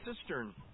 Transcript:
cistern